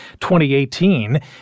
2018